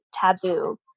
taboo